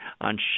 on